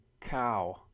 cow